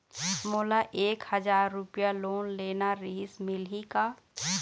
मोला एक हजार रुपया लोन लेना रीहिस, मिलही का?